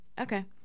okay